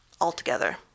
altogether